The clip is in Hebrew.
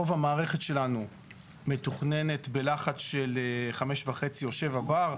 רוב המערכת שלנו מתוכננת בלחץ של 5.5 או 7 בר.